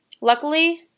Luckily